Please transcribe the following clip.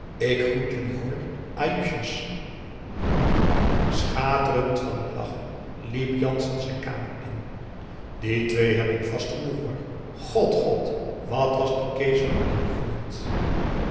ik groet jullie hoor ajuusjes schaterend van het lachen liep janssen zijn kamer in die twee hebben vast genoeg hoor god god wat was die kees van den broek woedend